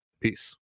peace